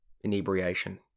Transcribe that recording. inebriation